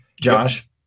josh